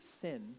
sin